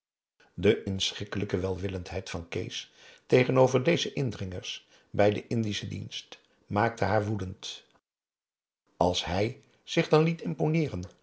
de inschikkelijke welwillendheid van kees tegenover deze indringers bij den indischen dienst maakte haar woedend als hij zich dan liet imponeeren